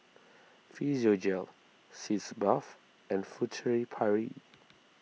Physiogel Sitz Bath and Furtere Paris